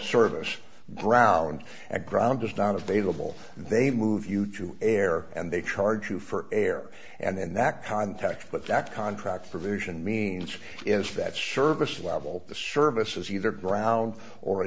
service brown ground is not available they move you to air and they charge you for air and in that context but that contract provision means is that service level the service is either ground or